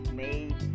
made